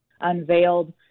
unveiled